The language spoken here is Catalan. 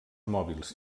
mòbils